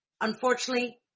unfortunately